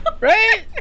right